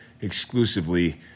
exclusively